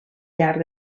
llarg